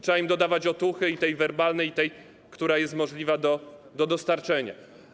Trzeba dodawać im otuchy i tej werbalnej, i tej, która jest możliwa do dostarczenia.